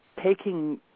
taking